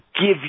give